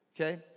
okay